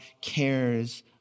cares